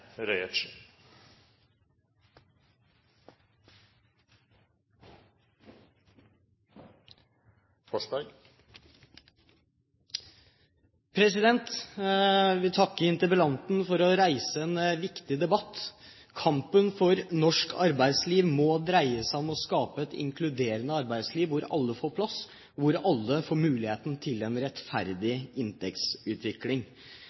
vil takke interpellanten for å reise en viktig debatt. Kampen for norsk arbeidsliv må dreie seg om å skape et inkluderende arbeidsliv hvor alle får plass, hvor alle får muligheten til en